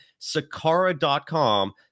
sakara.com